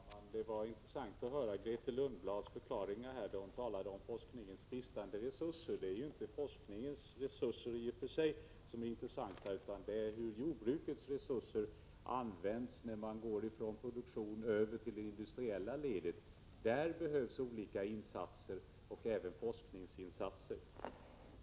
Fru talman! Det var intressant att höra Grethe Lundblads förklaringar i samband med att hon talade om forskningens bristande resurser. Men det är ju inte forskningens resurser i och för sig som är intressanta utan det är hur jordbrukets resurser används vid övergången från produktionen till det industriella ledet. I det sammanhanget behövs olika insatser — även forskningsinsatser.